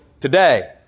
today